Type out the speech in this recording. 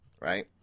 right